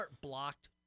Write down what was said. blocked